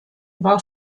war